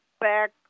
back